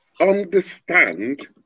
understand